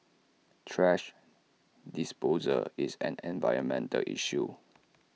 thrash disposal is an environmental issue